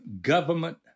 government